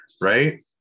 Right